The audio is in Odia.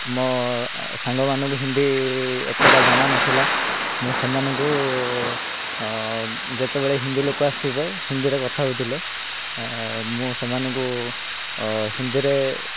ମୋ ସାଙ୍ଗମାନଙ୍କୁ ହିନ୍ଦୀ ଏତେଟା ଜଣା ନଥିଲା ମୁଁ ସେମାନଙ୍କୁ ଯେତେବେଳେ ହିନ୍ଦୀ ଲୋକ ଆସିବେ ହିନ୍ଦୀରେ କଥା ହଉଥିଲେ ମୁଁ ସେମାନଙ୍କୁ ହିନ୍ଦୀରେ